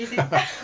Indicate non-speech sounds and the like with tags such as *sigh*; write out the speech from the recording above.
*laughs*